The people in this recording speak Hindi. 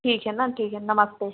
ठीक है न ठीक है नमस्ते